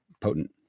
potent